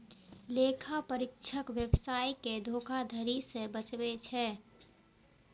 लेखा परीक्षक व्यवसाय कें धोखाधड़ी सं बचबै छै